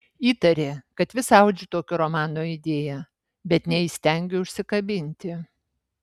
įtarė kad vis audžiu tokio romano idėją bet neįstengiu užsikabinti